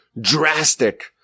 drastic